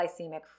glycemic